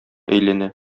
әйләнә